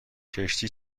کشتی